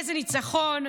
איזה ניצחון,